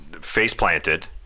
face-planted